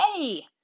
hey